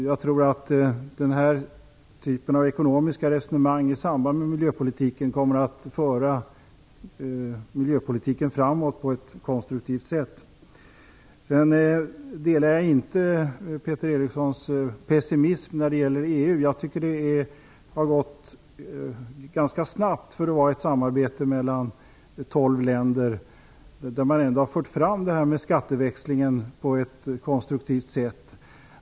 Jag tror att den här typen av ekonomiska resonemang i samband med miljöpolitiken kommer att föra miljöpolitiken framåt. Jag delar inte Peter Erikssons pessimism när det gäller EU. Jag tycker att det har gått ganska snabbt för att vara ett samarbete mellan tolv länder. Man har ändå fört fram frågan om skatteväxling på ett konstruktivt sätt.